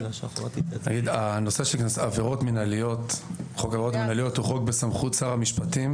חוק עבירות מינהליות הוא חוק בסמכות שר המשפטים.